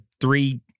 three